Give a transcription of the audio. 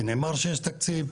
כי נאמר שיש תקציב,